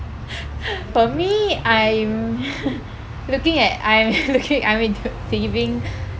for me I'm looking at I'm looking I'm into saving